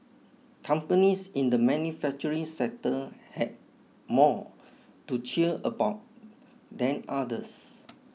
companies in the manufacturing sector had more to cheer about than others